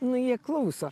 nu jie klauso